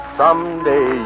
someday